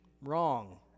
wrong